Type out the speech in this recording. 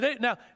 Now